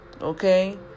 Okay